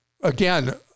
again